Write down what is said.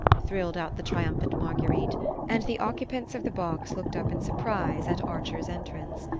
thrilled out the triumphant marguerite and the occupants of the box looked up in surprise at archer's entrance.